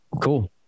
Cool